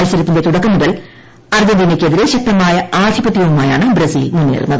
മത്സരത്തിന്റെ തുടക്കം മുതൽ അർജന്റീനയ്ക്കെതിരെ ശക്തമായ ആധിപത്യവുമായാണ് ബ്രസീൽ മുന്നേറുന്നത്